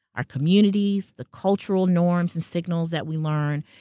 our communities, the cultural norms and signals that we learn.